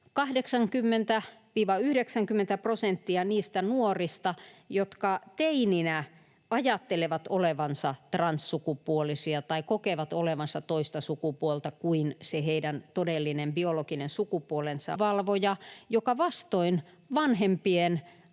80—90 prosenttia niistä nuorista, jotka teininä ajattelevat olevansa transsukupuolisia tai kokevat olevansa toista sukupuolta kuin se heidän todellinen, biologinen sukupuolensa on, aikuistuessaan